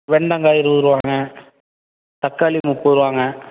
வெண்டங்காய் இருவது ரூபாங்க தக்காளி முப்பது ரூபாங்க